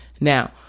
Now